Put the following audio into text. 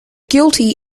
guilty